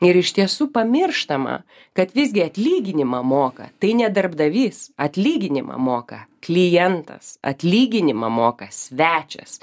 ir iš tiesų pamirštama kad visgi atlyginimą moka tai ne darbdavys atlyginimą moka klientas atlyginimą moka svečias